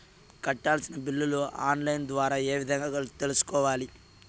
కట్టాల్సిన బిల్లులు online ద్వారా ఏ విధంగా తెలుసుకోవాలి?